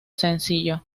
sencillo